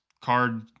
card